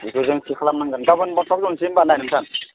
बेखौ जोंसो खालामनांगोन गाबोन होनबा थाब जनोसै ना नोंथां